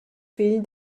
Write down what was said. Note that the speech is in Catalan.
fill